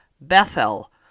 Bethel